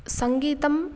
सङ्गीतम्